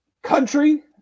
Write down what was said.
country